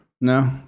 No